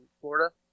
Florida